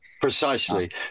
Precisely